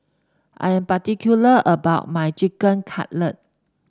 I am particular about my Chicken Cutlet